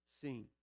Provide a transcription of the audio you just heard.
seen